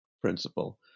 principle